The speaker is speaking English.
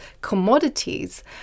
commodities